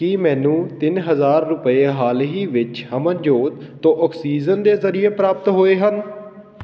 ਕੀ ਮੈਨੂੰ ਤਿੰਨ ਹਜ਼ਾਰ ਰੁਪਏ ਹਾਲ ਹੀ ਵਿੱਚ ਅਮਨਜੋਤ ਤੋਂ ਆਕਸੀਜਨ ਦੇ ਜ਼ਰੀਏ ਪ੍ਰਾਪਤ ਹੋਏ ਹਨ